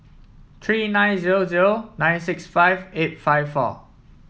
three nine zero zero nine six five eight five four